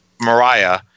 mariah